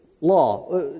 law